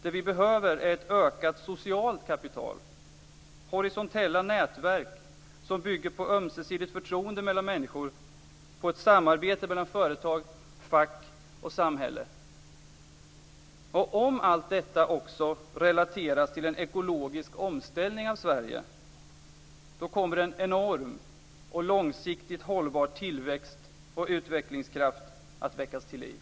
Det vi behöver är ett ökat socialt kapital, horisontella nätverk som bygger på ömsesidigt förtroende mellan människor, på ett samarbete mellan företag, fack och samhälle. Om allt detta också relateras till en ekologisk omställning av Sverige, kommer en enorm och långsiktigt hållbar tillväxt och utvecklingskraft att väckas till liv.